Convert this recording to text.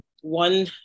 one